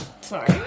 Sorry